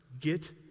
Get